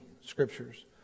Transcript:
scriptures